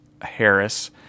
Harris